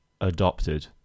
adopted